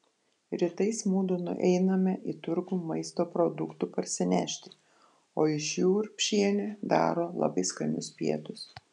rytais mudu nueiname į turgų maisto produktų parsinešti o iš jų urbšienė daro labai skanius pietus